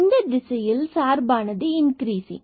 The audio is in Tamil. இந்த திசையில் இந்த சார்பானது இன்கிரீசிங்